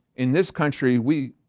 in this country, we,